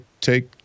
take